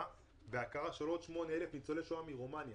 בהכרה של עוד 8,000 ניצולי שואה מרומניה